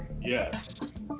Yes